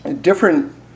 different